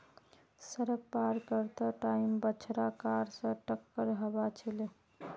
सड़क पार कर त टाइम बछड़ा कार स टककर हबार छिले